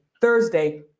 Thursday